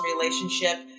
relationship